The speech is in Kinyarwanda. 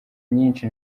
nyinshi